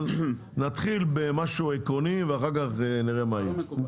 אבל נתחיל במשהו עקרוני ואחר כך נראה מה יהיה.